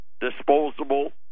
disposable